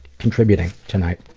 contributing tonight.